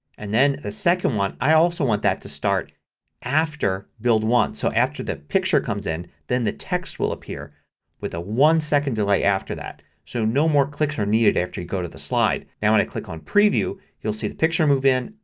and then the second one i also want that to start after build one, so after the picture comes in then the text will appear with a one second delay after that. so no more clicks are needed after you go to the slide. now when i click on preview you'll see the picture move in,